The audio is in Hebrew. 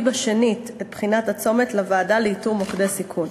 בשנית את בחינת הצומת לוועדה לאיתור מוקדי סיכון.